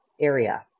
Area